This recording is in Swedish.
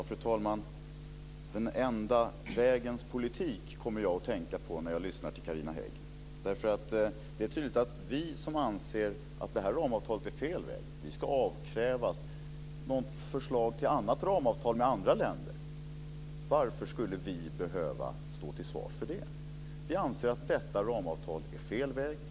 Fru talman! Den enda vägens politik kommer jag att tänka på när jag lyssnar till Carina Hägg, därför att det är tydligt att vi som anser att detta ramavtal är fel väg ska avkrävas förslag till annat ramavtal med andra länder. Varför skulle vi behöva stå till svars för det? Vi anser att detta ramavtal är fel väg.